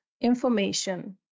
information